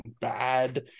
bad